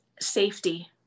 safety